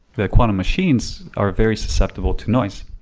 the quantum machines are very susceptible to noise.